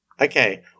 Okay